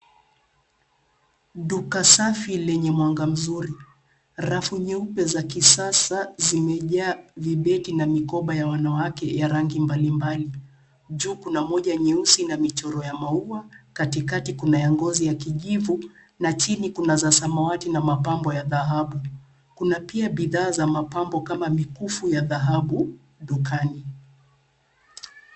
Duka safi lenye mwanga mzuri. Rafu nyeupe za kisasa zimejaa vibeti na mikoba ya wanawake ya rangi mbali mbali. Juu kuna moja nyeusi na michoro ya maua, katikati kuna ya ngozi ya kijivu, na chini kuna za samawati na mipambo ya dhahabu. Kuna pia bidhaa za mapambo kama mikufu ya dhahabu dukani.